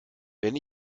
wenn